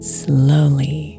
slowly